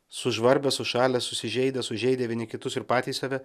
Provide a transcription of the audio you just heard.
sužvarbę sušalę susižeidę sužeidę vieni kitus ir patys save